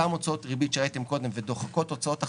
אותן הוצאות ריבית שראיתם קודם ודוחקות הוצאות אחרות,